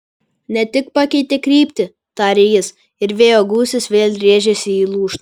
ne tik pakeitė kryptį tarė jis ir vėjo gūsis vėl rėžėsi į lūšną